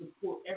support